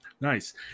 Nice